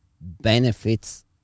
benefits